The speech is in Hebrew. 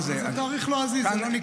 זה תאריך לועזי, זה לא נקרא.